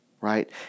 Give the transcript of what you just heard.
right